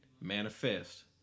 Manifest